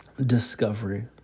discovery